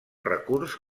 recurs